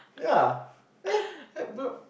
yeah eh haven't